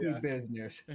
business